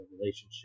relationship